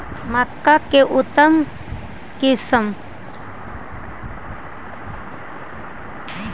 मक्का के उतम किस्म?